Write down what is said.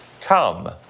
come